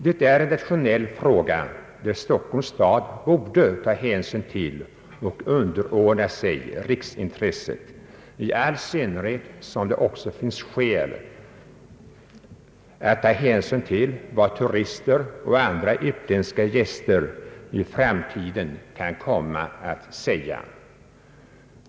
Det är en nationell fråga, där Stockholms stad borde ta hänsyn till och underordna sig riksintresset, i all synnerhet som det också finns skäl att ta hänsyn till vad turister och andra utländska gäster i framtiden kan komma att säga.